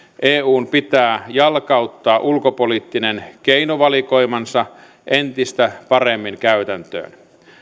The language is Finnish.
eun pitää jalkauttaa ulkopoliittinen keinovalikoimansa entistä paremmin käytäntöön